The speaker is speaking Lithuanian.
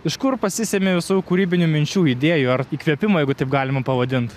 iš kur pasisemi visų kūrybinių minčių idėjų ar įkvėpimo jeigu taip galima pavadint